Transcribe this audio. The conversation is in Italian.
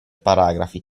paragrafi